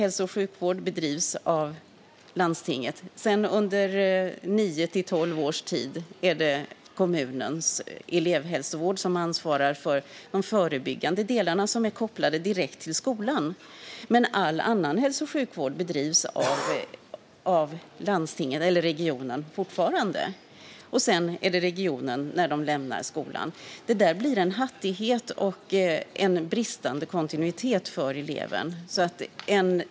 Hälso och sjukvården för de mindre barnen - upp till sex års ålder - bedrivs av landstinget. Sedan är det kommunens elevhälsovård som ansvarar för de förebyggande delar som är kopplade direkt till skolan under nio till tolv års tid. All annan hälso och sjukvård bedrivs dock fortfarande av landstinget, eller regionen, och sedan är det regionen som sköter det hela när de lämnar skolan. Detta innebär en hattighet och en bristande kontinuitet för eleven.